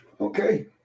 Okay